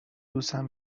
دوستم